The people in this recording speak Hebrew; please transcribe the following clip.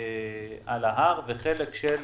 על ההר וחלק של